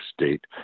state